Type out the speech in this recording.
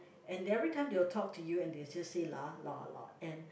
and every time they'll talk to you and they'll just say lah lah lah and